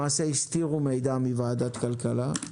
למעשה הסתירו מידע מוועדת הכלכלה.